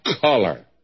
color